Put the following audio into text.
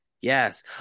Yes